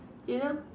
you know